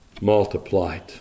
multiplied